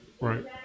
Right